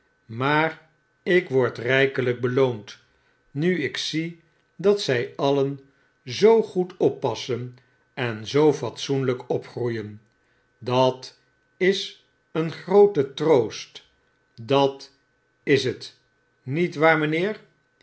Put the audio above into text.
maar ik word rykelyk beloond nu ik zie dat zij alien zoo goed oppassen en zoo fatsoenlyk opgroeien dat is een groote troost dat is het niet waar mynheer